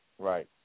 Right